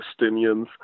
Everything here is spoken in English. Palestinians